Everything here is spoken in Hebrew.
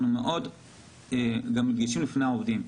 אנחנו מאוד מדגישים גם בפני העובדים: